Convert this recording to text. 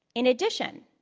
in addition,